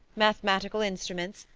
mathematical instruments,